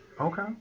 Okay